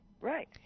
Right